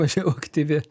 mažiau aktyvi